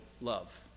love